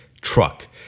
truck